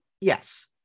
yes